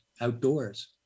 outdoors